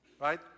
right